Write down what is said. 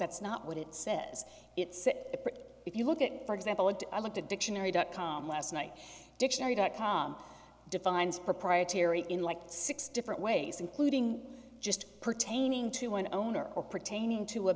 that's not what it says it's that if you look at for example what i want to dictionary dot com last night dictionary dot com defines proprietary in like six different ways including just pertaining to an owner or pertaining to a